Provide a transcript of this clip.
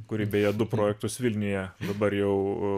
kuri beje du projektus vilniuje dabar jau